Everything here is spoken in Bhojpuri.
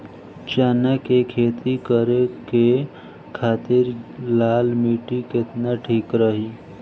चना के खेती करे के खातिर लाल मिट्टी केतना ठीक रही?